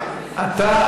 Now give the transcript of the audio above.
אתה מפריע לו,